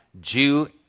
Jew